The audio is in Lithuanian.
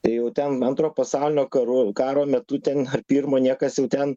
tai jau ten antro pasaulinio karų karo metu ten pirmo niekas jau ten